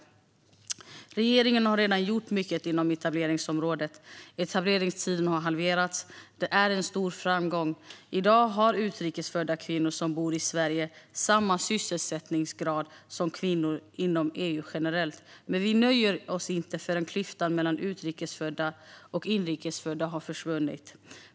Regeringen har redan gjort mycket inom etableringsområdet. Etableringstiden har halverats. Det är en stor framgång. I dag har utrikes födda kvinnor som bor i Sverige samma sysselsättningsgrad som kvinnor inom EU generellt. Men vi nöjer oss inte förrän klyftan mellan utrikes och inrikes födda försvunnit.